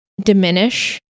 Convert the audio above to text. diminish